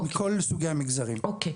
כן, מכל סוגי המגזרים.